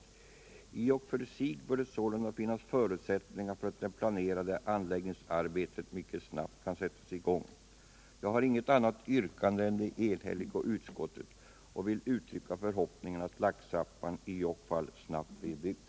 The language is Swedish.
I och för sig bör det sålunda finnas förutsättningar för att det planerade anläggningsarbetet snabbt kan sättas i gång.” Jag har inget annat yrkande än det enhälliga utskottet. Jag vill uttrycka förhoppningen att laxtrappan i Jokkfallet snabbt blir byggd.